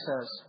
says